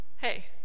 hey